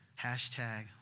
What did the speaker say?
Hashtag